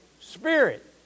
Spirit